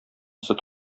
сөт